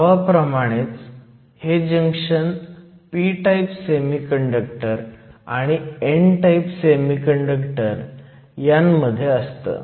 नावाप्रमाणेच हे junction p type semiconductor आणि n टाईप सेमीकंडक्टर यांमध्ये असतं